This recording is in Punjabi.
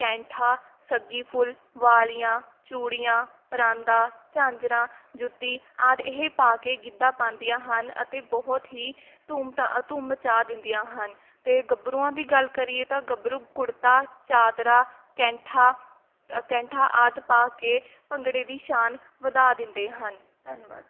ਕੈਂਠਾ ਸੱਗੀ ਫੁੱਲ ਵਾਲ਼ੀਆਂ ਚੂੜੀਆਂ ਪਰਾਂਦਾ ਝਾਂਜਰਾਂ ਜੁੱਤੀ ਆਦਿ ਇਹ ਪਾ ਕੇ ਗਿੱਧਾ ਪਾਉਂਦੀਆਂ ਹਨ ਅਤੇ ਬਹੁਤ ਹੀ ਧੂਮ ਧਾ ਧੂਮ ਮਚਾ ਦਿੰਦੀਆਂ ਹਨ ਅਤੇ ਗੱਭਰੂਆਂ ਦੀ ਗੱਲ ਕਰੀਏ ਤਾਂ ਗੱਭਰੂ ਕੁੜ੍ਹਤਾ ਚਾਦਰਾ ਕੈਂਠਾ ਕੈਂਠਾ ਆਦਿ ਪਾ ਕੇ ਭੰਗੜੇ ਦੀ ਸ਼ਾਨ ਵਧਾ ਦਿੰਦੇ ਹਨ ਧੰਨਵਾਦ